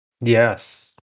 Yes